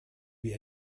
wir